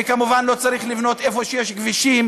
וכמובן לא צריך לבנות איפה שיש כבישים